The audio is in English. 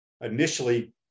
initially